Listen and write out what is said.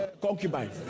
concubine